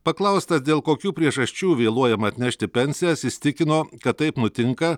paklaustas dėl kokių priežasčių vėluojama atnešti pensijas jis tikino kad taip nutinka